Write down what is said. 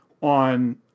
on